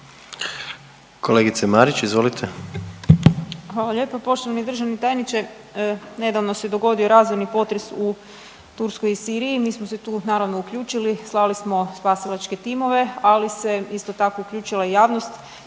Kolegice Marić, izvolite.